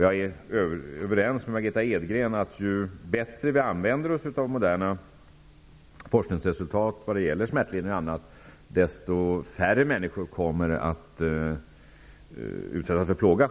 Jag är överens med Margitta Edgren om att ju bättre vi använder oss av moderna forskningsresultat om bl.a. smärtlindring, desto färre människor kommer att utsättas för plåga.